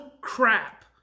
crap